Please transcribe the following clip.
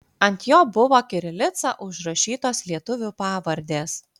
ant jo buvo kirilica užrašytos lietuvių pavardės